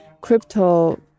crypto